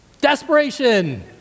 desperation